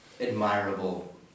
admirable